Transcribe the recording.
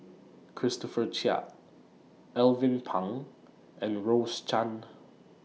Christopher Chia Alvin Pang and Rose Chan